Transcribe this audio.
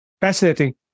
Fascinating